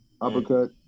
uppercut